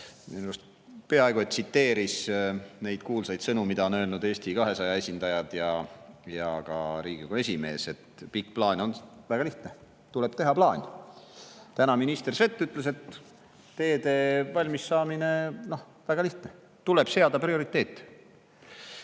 peaaegu tsiteeris neid kuulsaid sõnu, mida on öelnud Eesti 200 esindajad ja ka Riigikogu esimees, et pikk plaan on väga lihtne: tuleb teha plaan. Täna minister Svet ütles, et teede valmis saamine on väga lihtne: tuleb seada prioriteet.